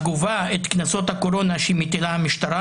הגובה את קנסות הקורונה שמטילה המשטרה,